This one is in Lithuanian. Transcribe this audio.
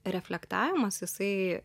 reflektavimas jisai